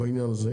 בעניין הזה.